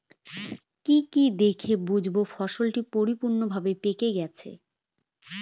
কি কি দেখে বুঝব ফসলটি পরিপূর্ণভাবে পেকে গেছে?